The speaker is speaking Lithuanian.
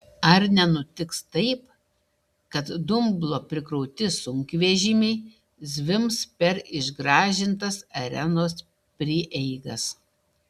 ar nenutiks taip kad dumblo prikrauti sunkvežimiai zvimbs per išgražintas arenos prieigas